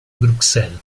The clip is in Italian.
bruxelles